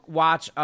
watch